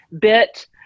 bit